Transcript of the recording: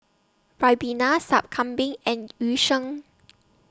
Ribena Sup Kambing and Yu Sheng